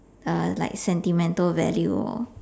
uh like sentimental value lor